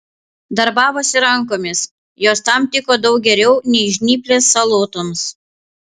darbavosi rankomis jos tam tiko daug geriau nei žnyplės salotoms